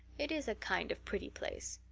it is a kind of pretty place.